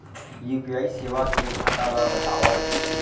UPI सेवा के घाटा ल बतावव?